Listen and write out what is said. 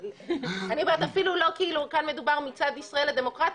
אני אומרת שכאילו כאן מדובר מצד ישראל הדמוקרטית,